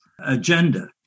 agenda